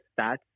stats